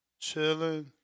Chilling